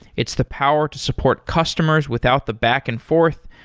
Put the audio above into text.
it's the power to support customers without the back and forth,